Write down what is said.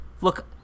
look